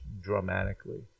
dramatically